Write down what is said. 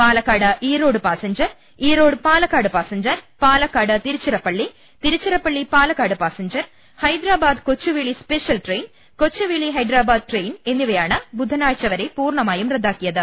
Palakkad Erode passenger Erode Palakkad passenger Palakkad Tiruchirappalli Tiruchirappalli Palakkad passenger Hyderabad Kochuveli special train Kochuveli Hyderabad train എന്നിവയാണ് ബുധനാഴ്ച്ച വരെ പൂർണമായും റദ്ദാ ക്കിയത്